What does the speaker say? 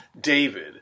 David